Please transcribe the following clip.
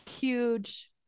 huge